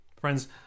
Friends